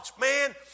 Man